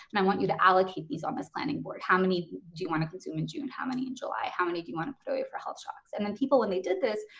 and i want you to allocate these on this planning board. how many do you want to consume in june? how many in july? how many do you wanna put away for health shocks? and then people when they did this,